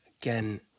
Again